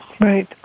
Right